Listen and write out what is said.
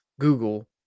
Google